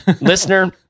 listener